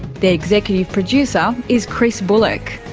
the executive producer is chris bullock,